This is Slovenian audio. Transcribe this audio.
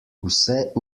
vse